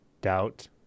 doubt